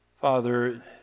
Father